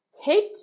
Hit